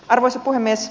arvoisa puhemies